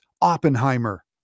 Oppenheimer